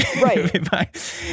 right